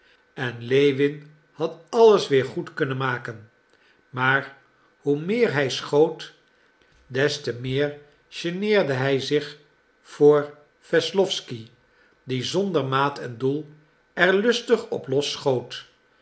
en lewin had alles weer goed kunnen maken maar hoe meer hij schoot des te meer geneerde hij zich voor wesslowsky die zonder maat en doel er lustig op los schoot